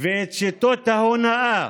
ואת שיטות ההונאה